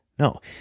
No